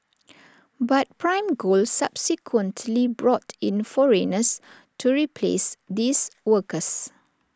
but prime gold subsequently brought in foreigners to replace these workers